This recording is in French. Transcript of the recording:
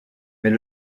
mais